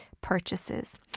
purchases